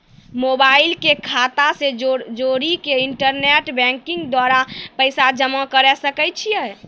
Mobile के खाता से जोड़ी के इंटरनेट बैंकिंग के द्वारा पैसा जमा करे सकय छियै?